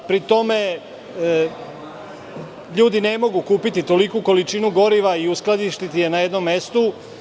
Pri tome, ljudi ne mogu kupiti toliku količinu goriva i uskladištiti je na jednom mestu.